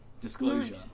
Disclosure